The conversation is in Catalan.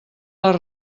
les